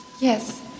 Yes